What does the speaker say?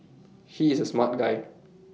he is A smart guy